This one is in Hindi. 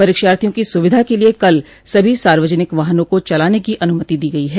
परीक्षार्थियों की सुविधा के लिए कल सभी सार्वजनिक वाहनों को चलाने की अनुमति दी गई है